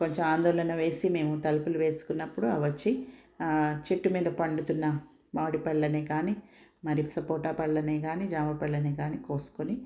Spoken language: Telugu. కొంచెం ఆందోళన వేసి మేము తలుపులు వేసుకున్నప్పుడు అవొచ్చి చెట్టు మీద పండుతున్న మామిడిపళ్ళని కానీ మరి సపోటా పళ్ళని గానీ జామ పళ్ళని గానీ కోసుకుని